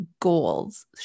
goals